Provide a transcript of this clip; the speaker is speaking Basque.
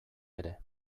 ere